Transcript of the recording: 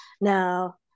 Now